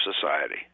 society